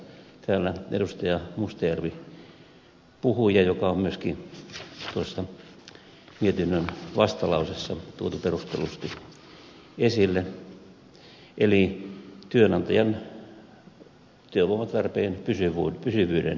mustajärvi puhui ja joka on myöskin mietinnön vastalauseessa tuotu perustellusti esille eli työnantajan työvoimatarpeen pysyvyyden arvioinnin